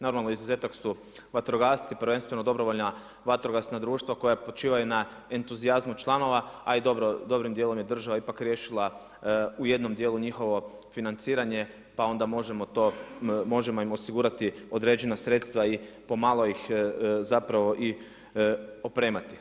Normalno, izuzetak su vatrogasci, prvenstveno, dobrovoljna vatrogasna društva koja počivaju na entuzijazmu članova a i dobrim dijelom je država ipak riješila u jednom dijelu njihovo financiranje pa onda možemo im osigurati određena sredstva i pomalo ih zapravo opremati.